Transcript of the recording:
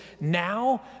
now